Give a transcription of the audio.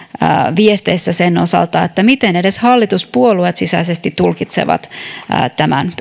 viesteissä sen osalta miten edes hallituspuolueet sisäisesti tulkitsevat tämän